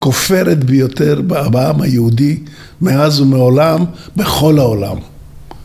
כופרת ביותר בעם היהודי, מאז ומעולם, בכל העולם.